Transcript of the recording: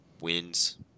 wins